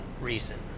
reason